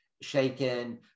shaken